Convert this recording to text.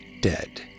dead